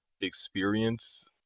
experience